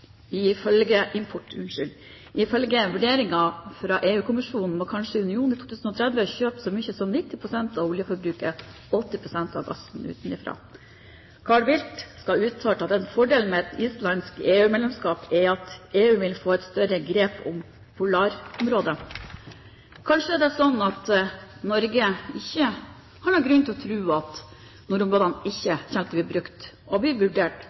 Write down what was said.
Ifølge vurderinger fra EU-kommisjonen må kanskje unionen i 2030 kjøpe så mye som 90 pst. av oljeforbruket og 80 pst. av gassen utenfra. Carl Bildt skal ha uttalt at en fordel med et islandsk EU-medlemskap er at EU ville få et større grep om polarområdet. Kanskje er det slik at Norge ikke har noen grunn til å tro at nordområdene ikke kommer til å bli brukt og vurdert